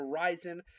horizon